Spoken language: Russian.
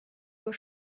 его